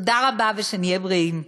תודה רבה, ושנהיה בריאים.